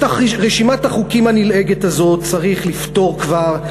את רשימת החוקים הנלעגת הזאת צריך לפטור כבר.